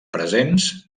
presents